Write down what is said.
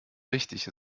richtig